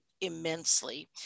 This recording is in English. immensely